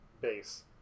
base